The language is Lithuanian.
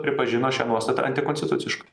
pripažino šią nuostatą antikonstituciška